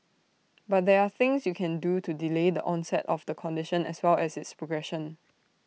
but there are things you can do to delay the onset of the condition as well as its progression